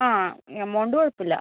ആ എമൗണ്ട് കുഴപ്പം ഇല്ല